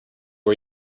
are